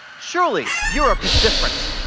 surely, europe is different,